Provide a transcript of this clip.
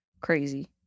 Crazy